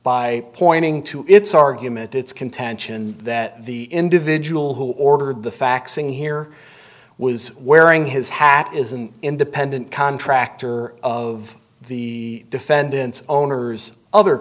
by pointing to its argument its contention that the individual who ordered the faxing here was wearing his hat is an independent contractor of the defendant's owner's other